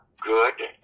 good